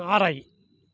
ஆராயி